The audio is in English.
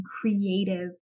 creative